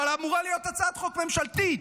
אבל אמורה להיות הצעת חוק ממשלתית.